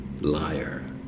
liar